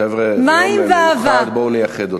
חבר'ה, זה יום מיוחד, בואו נייחד אותו.